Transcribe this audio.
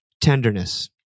tenderness